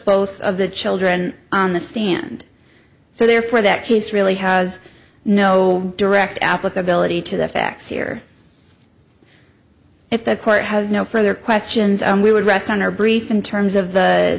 both of the children on the stand so therefore that case really has no direct applicability to the facts here if the court has no further questions we would rest on our brief in terms of the